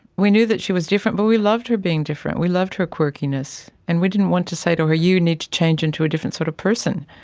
we knew that she was different but we loved her being different, we loved her quirkiness, and we didn't want to say to her you need to change into a different sort of person.